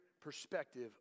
perspective